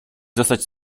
zostać